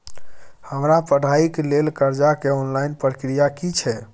हमरा पढ़ाई के लेल कर्जा के ऑनलाइन प्रक्रिया की छै?